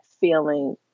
feeling